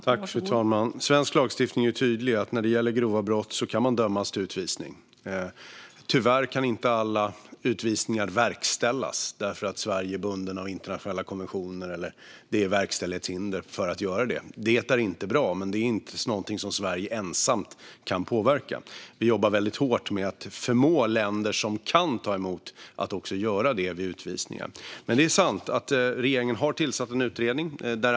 Fru talman! Svensk lagstiftning är tydlig: När det gäller grova brott kan man dömas till utvisning. Tyvärr kan inte alla utvisningar verkställas eftersom Sverige är bundet av internationella konventioner eller det finns verkställighetshinder. Det är inte bra men inget som Sverige ensamt kan påverka. Vi jobbar dock hårt med att förmå länder som kan ta emot att också göra det vid utvisningar. Det är sant att regeringen har tillsatt en utredning.